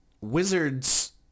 Wizards